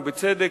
ובצדק,